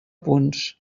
punts